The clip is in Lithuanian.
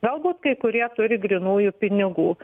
galbūt kai kurie turi grynųjų pinigų